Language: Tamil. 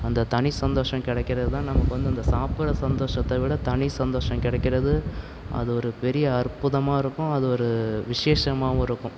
அந்த தனி சந்தோஷம் கிடைக்கிறது தான் நமக்கு வந்து அந்த சாப்பிடுற சந்தோஷத்த விட தனி சந்தோஷம் கிடைக்கிறது அது ஒரு பெரிய அற்புதமாக இருக்கும் அது ஒரு விசேஷமாகவும் இருக்கும்